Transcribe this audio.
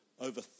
over